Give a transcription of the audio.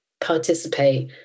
participate